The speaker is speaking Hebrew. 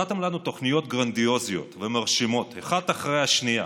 נתתם לנו תוכניות גרנדיוזיות ומרשימות אחת אחרי השנייה.